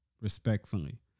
respectfully